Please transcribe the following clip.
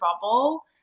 bubble